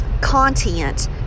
content